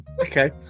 okay